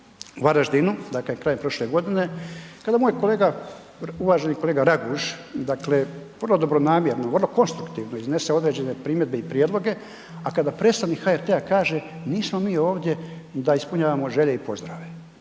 Varaždinu, dakle krajem prošle godine kada moj kolega, uvaženi kolega Raguž, dakle puno dobronamjerno, vrlo konstruktivno iznese određene primjedbe i prijedloge, a kada predstavnik HRT-a kaže nismo mi ovdje da ispunjavamo želje i pozdrave